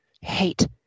hate